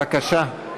בבקשה.